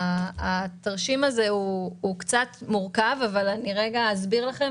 התרשים הזה קצת מורכב אבל אסביר לכם